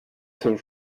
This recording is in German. zum